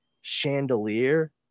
chandelier